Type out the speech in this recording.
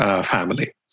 family